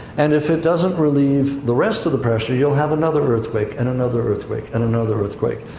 and if it doesn't relieve the rest of the pressure, you'll have another earthquake and another earthquake and another earthquake.